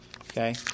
Okay